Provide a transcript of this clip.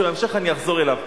שבהמשך אני אחזור אליו.